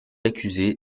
accusé